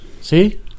See